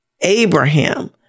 Abraham